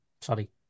Sorry